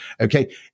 okay